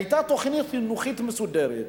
היתה תוכנית חינוכית מסודרת,